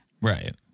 Right